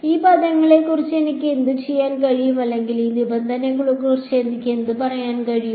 ഈ പദങ്ങളെക്കുറിച്ച് എനിക്ക് എന്തുചെയ്യാൻ കഴിയും അല്ലെങ്കിൽ ഈ നിബന്ധനകളെക്കുറിച്ച് എനിക്ക് എന്ത് പറയാൻ കഴിയും